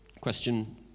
Question